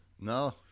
No